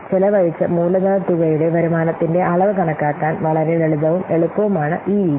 അതിനാൽ ചെലവഴിച്ച മൂലധന തുകയുടെ വരുമാനത്തിന്റെ അളവ് കണക്കാക്കാൻ വളരെ ലളിതവും എളുപ്പവുമാണ് ഈ രീതി